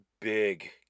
big